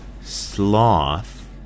sloth